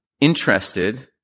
interested